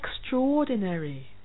extraordinary